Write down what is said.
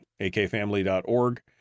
akfamily.org